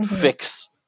fix